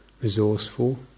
resourceful